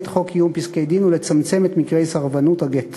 את חוק קיום פסקי-דין ולצמצם את מקרי סרבנות הגט.